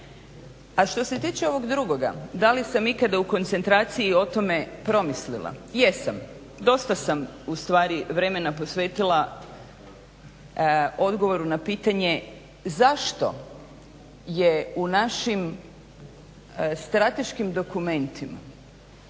A što se tiče ovog drugoga da li sam ikada u koncentraciji o tome promislila, jesam. Dosta sam ustvari vremena posvetila odgovoru na pitanje zašto je u našim strateškim dokumentima